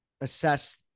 assess